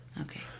Okay